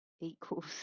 equals